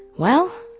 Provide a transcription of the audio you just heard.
well,